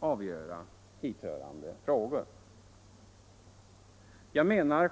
avgöra hithörande frågor.